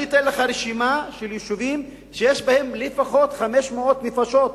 אני אתן לך רשימה של יישובים שיש בהם לפחות 500 נפשות,